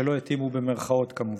לא התאימו במירכאות, כמובן.